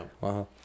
Wow